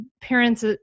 parents